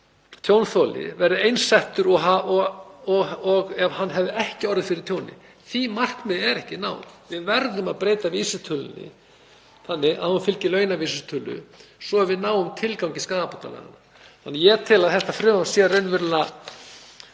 því markmiði er ekki náð. Við verðum að breyta vísitölunni þannig að hún fylgi launavísitölu svo við náum tilgangi skaðabótalaganna. Ég tel að þetta frumvarp sé raunverulega